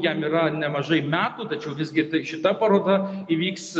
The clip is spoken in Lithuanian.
jam yra nemažai metų tačiau visgi tai šita paroda įvyks